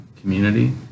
community